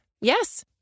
Yes